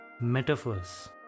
metaphors